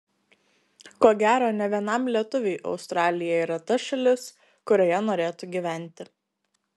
ko gero ne vienam lietuviui australija yra ta šalis kurioje norėtų gyventi